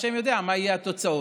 וה' יודע מה יהיו התוצאות.